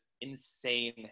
insane